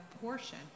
portion